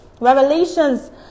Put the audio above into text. Revelations